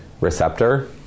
receptor